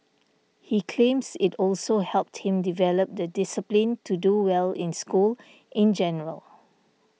he claims it also helped him develop the discipline to do well in school in general